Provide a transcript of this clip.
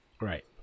Right